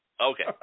Okay